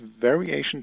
variation